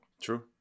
True